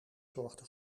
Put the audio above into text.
zorgde